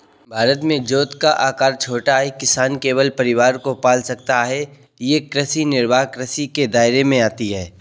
भारत में जोत का आकर छोटा है, किसान केवल परिवार को पाल सकता है ये कृषि निर्वाह कृषि के दायरे में आती है